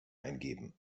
eingeben